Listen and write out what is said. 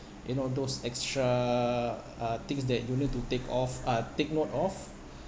you know those extra uh things that you need to take of uh take note of